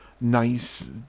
nice